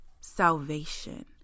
salvation